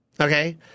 okay